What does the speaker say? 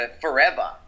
forever